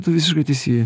tu visiškai teisi